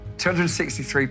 263